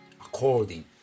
According